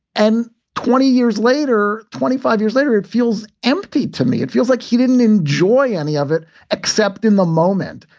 and twenty years later, twenty five years later, it feels empty to me. it feels like he didn't enjoy any of it except in the moment.